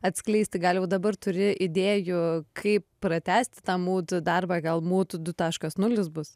atskleisti gal jau dabar turi idėjų kaip pratęsti tą mūd darbą gal mūd du taškas nulis bus